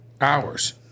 hours